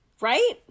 Right